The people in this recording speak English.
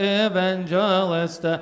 evangelist